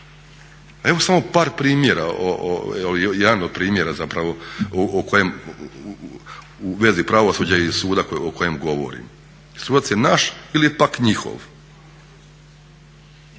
Evo samo jedan od primjera zapravo o kojem u vezi pravosuđa i suda o kojem govorim. Sudac je naš ili je pak njihov.